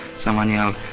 someone yelled,